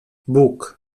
bóg